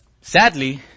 Sadly